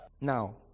Now